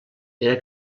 era